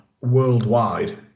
worldwide